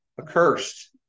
Accursed